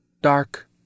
dark